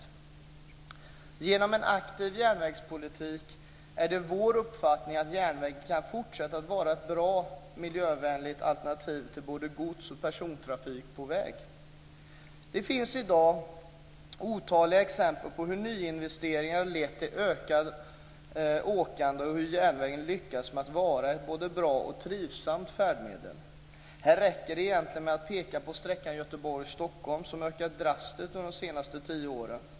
Vår uppfattning är att järnvägen genom en aktiv järnvägspolitik kan fortsätta att vara ett bra och miljövänligt alternativ till både gods och persontrafik på väg. Det finns i dag otaliga exempel på hur nyinvesteringar lett till ett ökat järnvägsresande och hur järnvägen lyckats med att vara ett både bra och trivsamt färdmedel. Här räcker det egentligen att peka på sträckan Göteborg-Stockholm, där resandet ökat drastiskt de senaste tio åren.